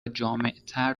جامعتر